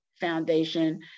Foundation